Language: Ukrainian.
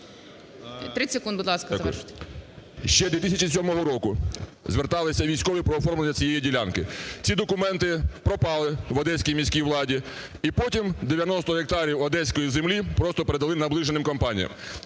ще 2007 року зверталися військові про оформлення цієї ділянки. Ці документи пропали в одеській міській владі, і потім 90 гектарів одеської землі просто передали наближеним компаніям.